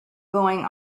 going